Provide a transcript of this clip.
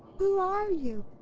who are you?